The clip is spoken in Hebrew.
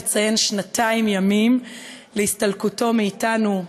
בעוד כחודשיים נציין שנתיים ימים להסתלקותו מאתנו,